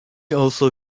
also